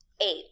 Eight